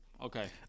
Okay